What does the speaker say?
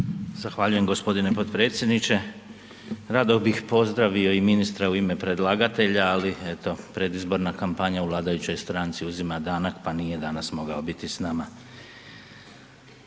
Zahvaljujem g. potpredsjedniče. Rado bih pozdravio i ministra u ime predlagatelja, ali eto predizborna kampanja u vladajućoj stranci uzima danak, pa nije danas mogao biti s nama.